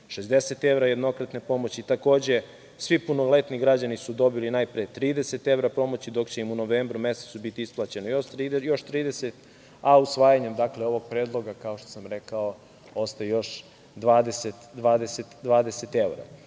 60 evra jednokratne pomoći. Takođe, svi punoletni građani su dobili najpre 30 evra pomoći, dok će im u novembru mesecu biti isplaćeno još 30, a usvajanjem ovog predloga, kao što sam rekao, ostaje još 20